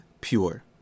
pure